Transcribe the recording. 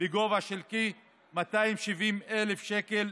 בגובה של כ-270,000 שקלים,